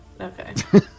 Okay